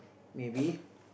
maybe